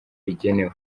igenewe